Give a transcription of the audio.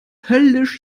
höllisch